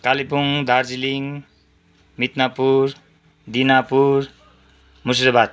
Kalimpong Darjeeling Midnapore Dinajpur Murshidabad